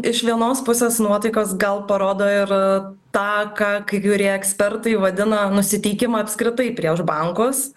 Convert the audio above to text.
iš vienos pusės nuotaikos gal parodo ir tą ką kai kurie ekspertai vadina nusiteikimą apskritai prieš bankus